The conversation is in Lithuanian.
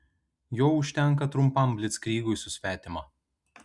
jo užtenka trumpam blickrygui su svetima